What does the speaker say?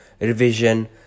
revision